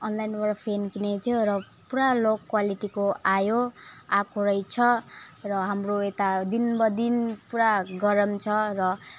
अनलाइनबाट फ्यान किनेको थियो र पुरा लो क्वालिटीको आयो आएको रहेछ र हाम्रो यता दिनबदिन पुरा गरम छ र